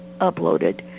uploaded